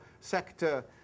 sector